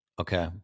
okay